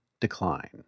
decline